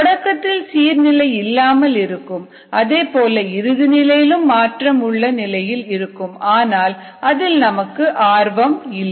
தொடக்கத்தில் சீர் நிலை இல்லாமல் இருக்கும் அதேபோல இறுதி நிலையிலும் மாற்றம் உள்ள நிலையில் இருக்கும் ஆனால் அதில் நமக்கு ஆர்வம் இல்லை